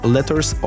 Letters